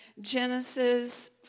Genesis